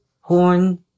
horn